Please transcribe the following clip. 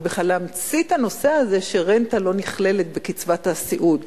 ובכלל להמציא את הנושא הזה שרנטה לא נכללת בקצבת הסיעוד.